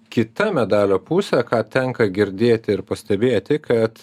kita medalio pusė ką tenka girdėti ir pastebėti kad